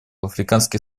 африканских